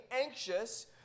anxious